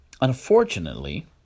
Unfortunately